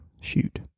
shoot